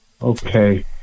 Okay